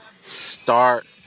Start